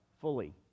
fully